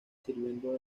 sirviendo